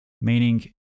meaning